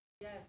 Yes